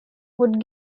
would